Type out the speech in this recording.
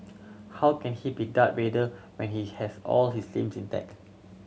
how can he be Darth Vader when he has all his limbs intact